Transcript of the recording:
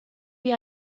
wie